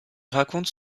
raconte